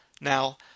Now